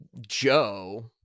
Joe